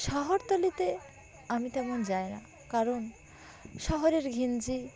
শহরতলিতে আমি তেমন যাই না কারণ শহরের ঘিঞ্জি